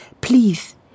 please